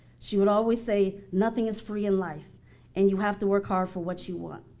she would always say nothing is free in life and you have to work hard for what you want.